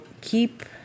keep